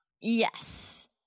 Yes